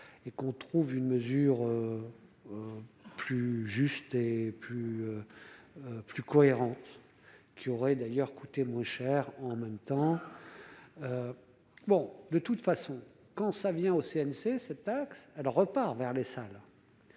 et qu'on trouve une mesure plus juste et plus plus cohérente qui aurait d'ailleurs coûter moins cher en même temps, bon, de toute façon quand ça vient au CNC, cette taxe elle repart vers les salles.